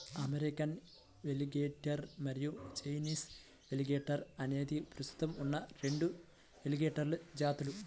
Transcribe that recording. American alligator మరియు Chinese alligator అనేవి ప్రస్తుతం ఉన్న రెండు ఎలిగేటర్ జాతులు